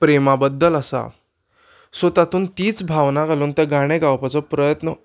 प्रेमा बद्दल आसा सो तातूंत तीच भावना घालून तें गाणें गावपाचो प्रयत्न